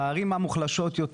בערים המוחלשות יותר.